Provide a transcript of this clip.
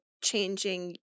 changing